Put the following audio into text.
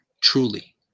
truly